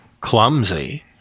clumsy